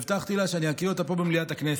הבטחתי לה שאני אקריא אותה פה במליאת הכנסת,